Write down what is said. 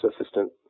assistant